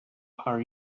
are